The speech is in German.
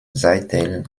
seidel